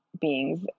beings